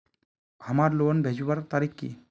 हमार लोन भेजुआ तारीख की?